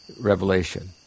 revelation